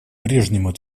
прежнему